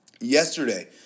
yesterday